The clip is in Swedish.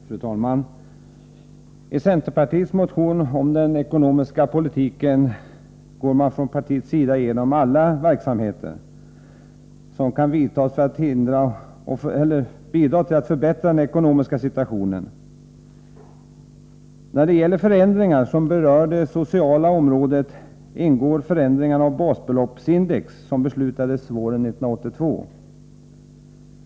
Fru talman! I centerpartiets motion om den ekonomiska politiken går man från partiets sida igenom alla verksamheter där åtgärder kan vidtagas för att bidra till att förbättra den ekonomiska situationen. När det gäller förändringar som berör det sociala området ingår det förändrade basbeloppsindexet som beslutades våren 1982.